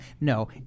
no